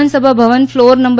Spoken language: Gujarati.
વિધાનસભા ભવન ફ્લોર નં